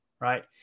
right